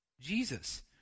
Jesus